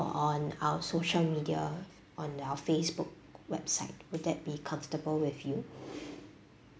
on our social media on our facebook website would that be comfortable with you